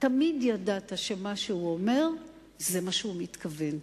תמיד ידעת שמה שהוא אומר זה מה שהוא מתכוון.